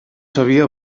sabia